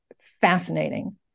fascinating